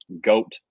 goat